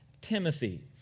Timothy